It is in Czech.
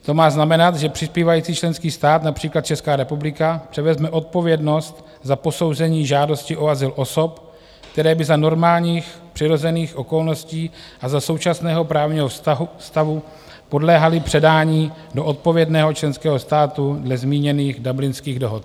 To má znamenat, že přispívající členský stát, například Česká republika, převezme odpovědnost za posouzení žádosti o azyl osob, které by za normálních přirozených okolností a za současného právního stavu podléhaly předání do odpovědného členského státu dle zmíněných Dublinských dohod.